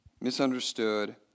misunderstood